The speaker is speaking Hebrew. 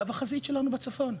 קו החזית שלנו בצפון.